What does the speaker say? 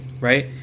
right